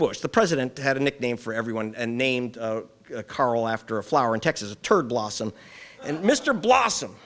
bush the president had a nickname for everyone and named karl after a flower in texas a turd blossom and mr blossom